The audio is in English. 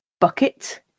bucket